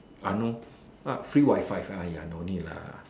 I know ah free Wi-Fi !aiya! no need lah